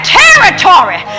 territory